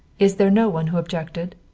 is there no one who objected?